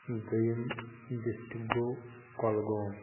دٔیِم ڈِسٹِرٛک گوٚو کۄلگوم